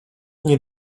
dni